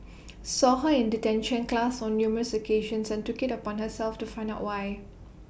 saw her in detention class on numerous occasions and took IT upon herself to find out why